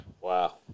Wow